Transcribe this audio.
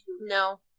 No